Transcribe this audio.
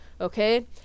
okay